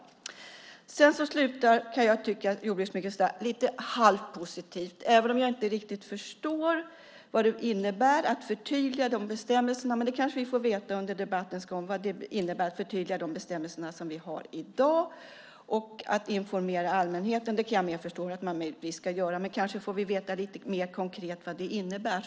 Jordbruksministern slutar lite, kan jag tycka, halvpositivt. Jag förstår inte riktigt vad det innebär att förtydliga bestämmelserna, men det kanske vi får veta under debattens gång. Informera allmänheten kan jag förstå att vi ska göra, men kanske får vi veta lite mer konkret vad det innebär.